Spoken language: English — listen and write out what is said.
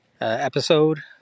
episode